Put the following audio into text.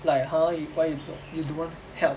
like !huh! you why you you don't want help